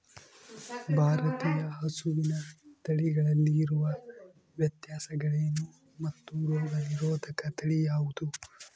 ಭಾರತೇಯ ಹಸುವಿನ ತಳಿಗಳಲ್ಲಿ ಇರುವ ವ್ಯತ್ಯಾಸಗಳೇನು ಮತ್ತು ರೋಗನಿರೋಧಕ ತಳಿ ಯಾವುದು?